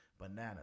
bananas